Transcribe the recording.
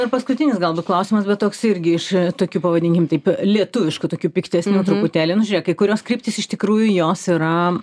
ir paskutinis galbūt klausimas bet toks irgi iš tokių pavadinkim taip lietuviškų tokių piktesnių truputėlį nu žiūrėk kai kurios kryptys iš tikrųjų jos yra